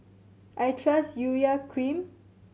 I trust Urea Cream